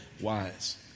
wise